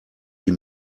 die